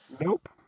Nope